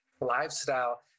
lifestyle